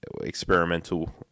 experimental